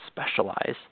specialize